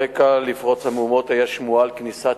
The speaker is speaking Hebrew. הרקע לפרוץ המהומות היה שמועה על כניסת